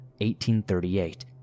1838